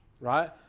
right